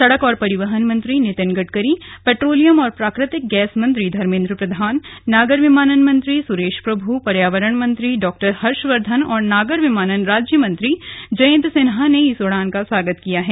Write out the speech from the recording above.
सड़क और परिवहन मंत्री नितिन गडकरी पैट्रोलियम और प्राकृतिक गैस मंत्री धर्मेन्द्र प्रधान नागर विमानन मंत्री सुरेश प्रभू पर्यावरण मंत्री डॉक्टर हर्षवर्धन और नागर विमानन राज्य मंत्री जयन्त सिन्हा ने इस उड़ान को स्वागत किया है